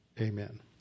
amen